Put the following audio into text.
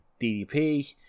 DDP